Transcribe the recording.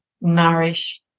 nourish